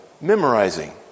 memorizing